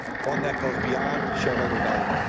one that goes beyond shareholder value.